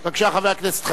בבקשה, חבר הכנסת חסון.